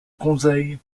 conseille